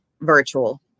virtual